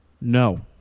No